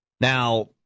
Now